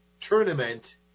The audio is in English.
tournament